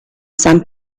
san